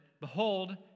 behold